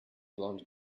blonde